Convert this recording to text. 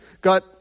got